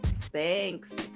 thanks